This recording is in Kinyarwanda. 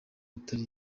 atari